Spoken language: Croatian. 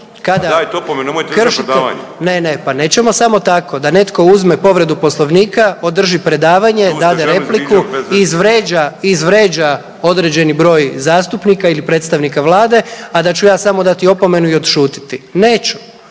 **Jandroković, Gordan (HDZ)** … ne, ne pa nećemo samo tako da netko uzme povredu poslovnika, održi predavanje, dadne repliku izvrijeđa određeni broj zastupnika ili predstavnika vlade, a da ću ja samo dati opomenu i odšutiti. Neću,